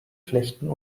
flechten